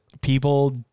people